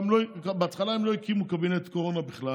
בהתחלה הם לא הקימו קבינט קורונה בכלל.